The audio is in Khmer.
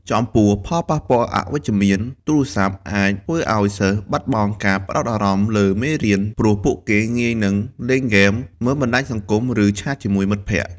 ចំពោះផលប៉ះពាល់អវិជ្ជមាន ទូរស័ព្ទអាចធ្វើឲ្យសិស្សបាត់បង់ការផ្ដោតអារម្មណ៍លើមេរៀន ព្រោះពួកគេងាយនឹងលេងហ្គេម មើលបណ្ដាញសង្គម ឬឆាតជាមួយមិត្តភក្តិ។